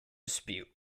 dispute